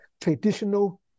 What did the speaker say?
traditional